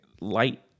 light